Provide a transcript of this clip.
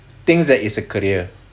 thinks that it's a career